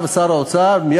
שר האוצר מביא צו,